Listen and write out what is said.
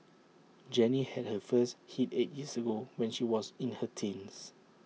Jenny had her first hit eight years ago when she was in her teens